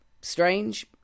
Strange